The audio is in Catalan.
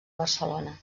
barcelona